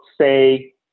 say